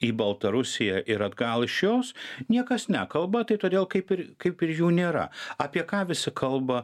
į baltarusiją ir atgal iš jos niekas nekalba tai todėl kaip ir kaip ir jų nėra apie ką visi kalba